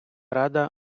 рада